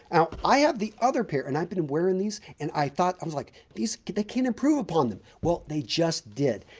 i have the other pair and i've been wearing these and i thought i was like these they can't improve upon them. well, they just did.